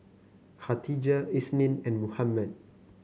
Khatijah Isnin and Muhammad